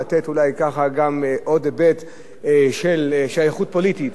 לתת אולי עוד היבט של שייכות פוליטית.